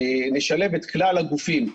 נשלב את כלל הגופים,